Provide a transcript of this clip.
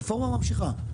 הרפורמה ממשיכה.